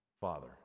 Father